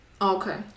okay